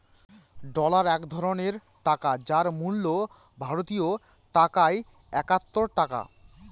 dollar এক ধরনের টাকা যার মূল্য ভারতীয় টাকায় একাত্তর টাকা